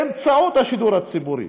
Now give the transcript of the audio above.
באמצעות השידור הציבורי,